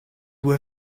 were